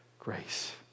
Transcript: Grace